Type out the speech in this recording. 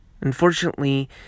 Unfortunately